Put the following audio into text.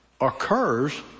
occurs